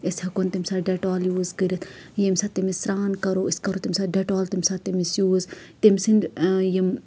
أسۍ ہٮ۪کو تَمہِ ساتہٕ ڈیٹول یوٗز کٔرِتھ ییٚمہِ ساتہٕ تٔمِس سران کَرو أسۍ کرو تَمہِ ساتہٕ ڈیٹول تَمہِ ساتہٕ تٔمِس یوٗز تٔمۍ سٕنٛد یِم